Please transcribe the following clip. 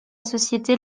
société